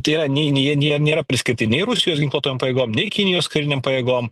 tai yra nei nei jie jie nėra priskirti nei rusijos ginkluotojom pajėgom nei kinijos karinėm pajėgom